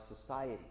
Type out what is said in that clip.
society